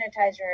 sanitizer